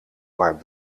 maar